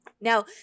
Now